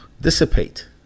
dissipate